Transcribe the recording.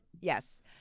yes